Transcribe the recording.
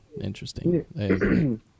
interesting